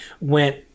went